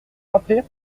rappelez